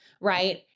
right